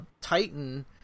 Titan